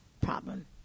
problem